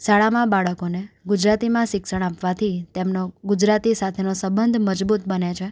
શાળામાં બાળકોને ગુજરાતીમાં શિક્ષણ આપવાથી તેમનો ગુજરાતી સાથેનો સબંધ મજબૂત બને છે